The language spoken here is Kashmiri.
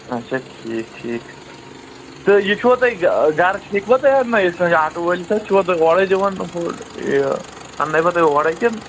اچھا ٹھیٖک ٹھیٖک تہٕ یہِ چھُوا تُہۍ گرٕ ہیٚکِوا تُہۍ اَننٲوِتھ کٲنٛسہِ آٹوٗ وألِس اَتھِ چھُوا تُہۍ اورَے دِوان یہِ اَننأیوا تُہۍ ہورَے کِنہٕ